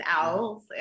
owls